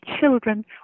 children